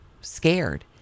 scared